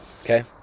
okay